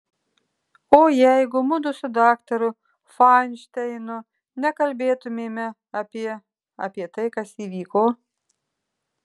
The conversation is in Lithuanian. o jeigu mudu su daktaru fainšteinu nekalbėtumėme apie apie tai kas įvyko